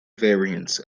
variants